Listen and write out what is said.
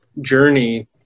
journey